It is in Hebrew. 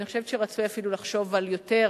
אני חושבת שרצוי אפילו לחשוב על יותר,